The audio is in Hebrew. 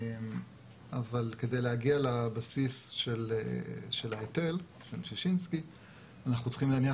אבל כדי להגיע לבסיס של ההיטל שישינסקי אנחנו צריכים להניח